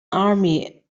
army